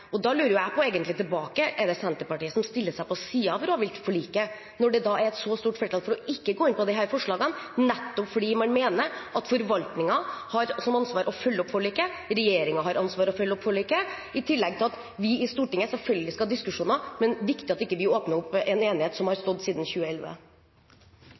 rovdyrforliket. Da lurer jeg egentlig på: Er det Senterpartiet som stiller seg på siden av rovviltforliket når det er et så stort flertall for ikke å gå inn på disse forslagene, nettopp fordi man mener at forvaltningen har som ansvar å følge opp forliket? Regjeringen har også ansvar for å følge opp forliket, i tillegg til at vi i Stortinget selvfølgelig skal ha diskusjoner, men det er viktig at vi ikke åpner opp en enighet som har